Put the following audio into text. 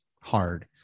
hard